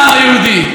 מדהים לחשוב,